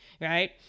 Right